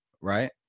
right